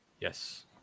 yes